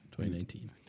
2019